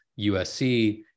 USC